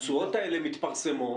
התשואות האלה מתפרסמות.